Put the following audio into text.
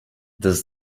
does